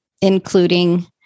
including